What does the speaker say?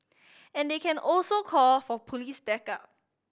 and they can also call for police backup